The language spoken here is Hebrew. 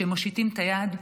שמושיטים את היד,